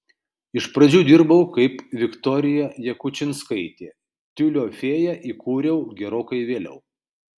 iš pradžių dirbau kaip viktorija jakučinskaitė tiulio fėją įkūriau gerokai vėliau